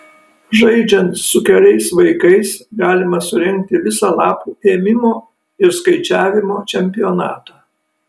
žaidžiant su keliais vaikais galima surengti visą lapų ėmimo ir skaičiavimo čempionatą